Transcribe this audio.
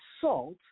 salt